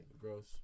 gross